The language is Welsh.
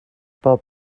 bob